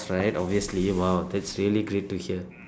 right obviously !wow! that's really great to hear